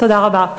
תודה רבה.